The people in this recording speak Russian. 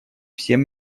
всем